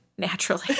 Naturally